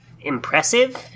impressive